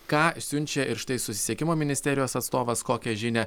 ką siunčia ir štai susisiekimo ministerijos atstovas kokią žinią